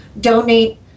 donate